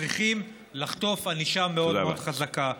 צריכים לחטוף ענישה מאוד מאוד חזקה.